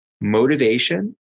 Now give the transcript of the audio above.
motivation